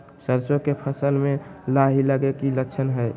सरसों के फसल में लाही लगे कि लक्षण हय?